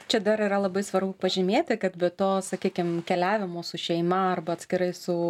čia dar yra labai svarbu pažymėti kad be to sakykim keliavimo su šeima arba atskirai su